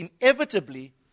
inevitably